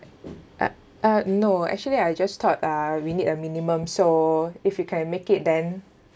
uh uh no actually I just thought uh we need a minimum so if you can make it then